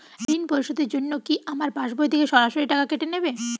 ঋণ পরিশোধের জন্য কি আমার পাশবই থেকে সরাসরি টাকা কেটে নেবে?